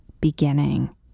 beginning